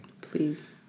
Please